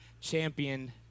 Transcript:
champion